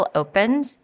opens